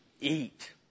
eat